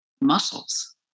muscles